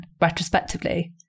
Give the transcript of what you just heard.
retrospectively